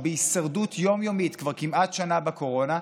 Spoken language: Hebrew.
שהוא בהישרדות יום-יומית כבר כמעט שנה בקורונה,